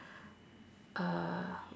uh